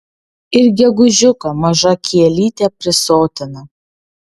ir gegužiuką maža kielytė prisotina